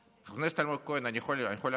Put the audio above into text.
חבר הכנסת אלמוג כהן, אני יכול להתחיל?